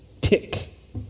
tick